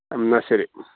എന്നാൽ ശരി